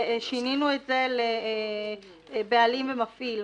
ושינינו את זה לבעלים ומפעיל.